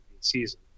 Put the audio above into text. season